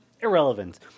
irrelevant